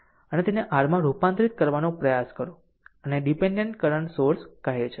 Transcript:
આમ જો તેને r માં રૂપાંતરિત કરવાનો પ્રયાસ કરો જેને ડીપેન્ડેન્ટ કરંટ સોર્સ કહે છે અહીં